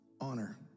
honor